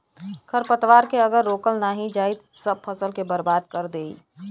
खरपतवार के अगर रोकल नाही जाई सब फसल के बर्बाद कर देई